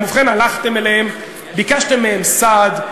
ובכן הלכתם אליהם, ביקשתם מהם סעד,